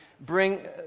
bring